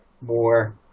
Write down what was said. more